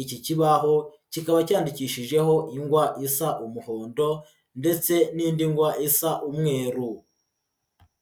icyi cyibaho kikaba cyandikishijeho ingwa isa umuhondo ndetse n'indi ngwa isa umweru.